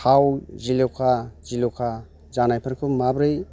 थाव जिल'खा जिल'खा जानायफोरखौ माबोरै